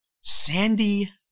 Sandy